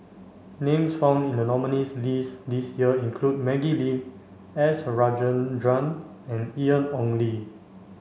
names found in the nominees list this year include Maggie Lim S Rajendran and Ian Ong Li